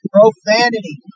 Profanity